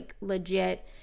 legit